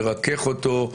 לרכך אותו,